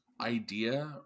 idea